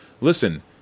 listen